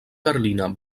carlina